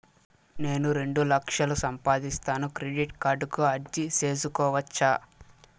నేను రెండు లక్షలు సంపాదిస్తాను, క్రెడిట్ కార్డుకు అర్జీ సేసుకోవచ్చా?